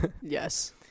Yes